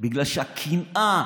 בגלל שהקנאה,